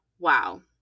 Wow